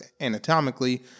anatomically